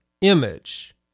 image